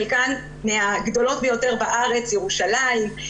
חלקן מהגדולות ביותר בארץ: ירושלים,